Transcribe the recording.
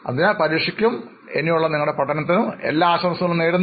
അതിനാൽ പരീക്ഷയ്ക്കും തുടർപഠനത്തിനും എല്ലാ വിധ ആശംസകളും നേരുന്നു